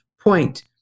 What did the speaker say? point